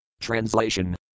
Translation